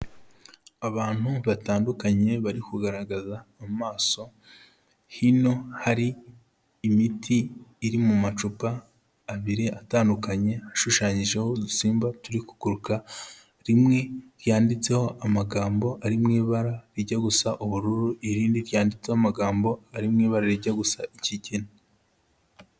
Abantu batandukanye bari kugaragaza amaso, hino hari imiti iri mu macupa abiri atandukanye, ashushanyijeho udusimba turigoruka, rimwe ryanditseho amagambo ari mu ibara rijya gusa ubururu, irindi ryanditse amagambo ari mu ibara rijya gusa ikigina.